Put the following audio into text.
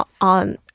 on